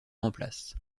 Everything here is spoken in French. remplace